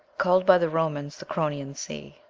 called by the romans the chronian sea.